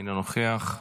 אינו נוכח,